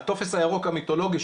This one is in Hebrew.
הטופס הירוק המיתולוגי,